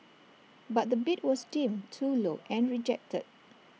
but the bid was deemed too low and rejected